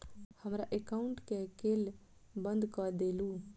हमरा एकाउंट केँ केल बंद कऽ देलु?